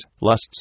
lusts